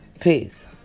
Peace